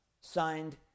Signed